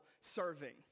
serving